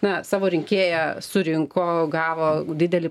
na savo rinkėją surinko gavo didelį